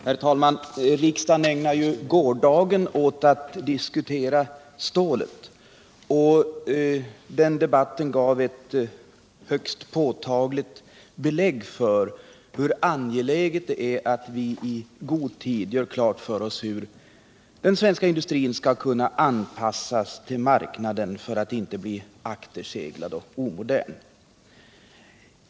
Herr talman! Riksdagen ägnade gårdagen åt att diskutera stålet, och den debatten gav ett högst påtagligt belägg för hur angeläget det är att vi i god tid gör klart för oss hur den svenska industrin skall kunna anpassas till marknaden för att inte bli akterseglad och omodern.